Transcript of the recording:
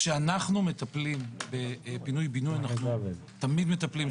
כשאנחנו מטפלים בפינוי בינוי אנחנו תמיד מטפלים,